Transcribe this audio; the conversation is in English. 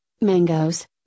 mangoes